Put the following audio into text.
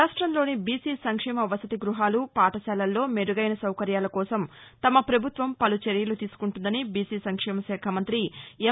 రాష్ట్రంలోని బీసి సంక్షేమ వసతి గ్బహాలు పాఠశాలల్లో మెరుగైన సౌకర్యాలకోసం తమ పభుత్వం పలు చర్యలు తీసుకుంటుందని బిసి సంక్షేమ శాఖ మంతి ఎం